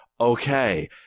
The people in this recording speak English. okay